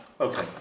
Okay